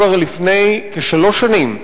כבר לפני שלוש שנים,